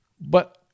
But-